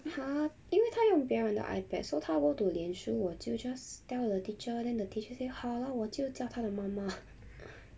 他因为他用别人的 ipad so 他 go to 脸书我就 just tell the teacher then the teacher say 好啦我就叫他的妈妈